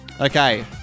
Okay